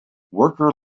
worker